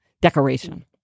decoration